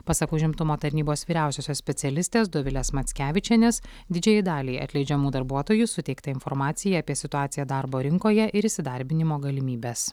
pasak užimtumo tarnybos vyriausiosios specialistės dovilės mackevičienės didžiajai daliai atleidžiamų darbuotojų suteikta informacija apie situaciją darbo rinkoje ir įsidarbinimo galimybes